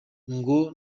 ngo